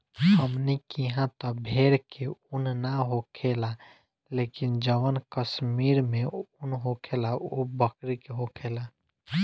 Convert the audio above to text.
हमनी किहा त भेड़ के उन ना होखेला लेकिन जवन कश्मीर में उन होखेला उ बकरी के होखेला